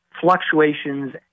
fluctuations